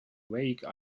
vague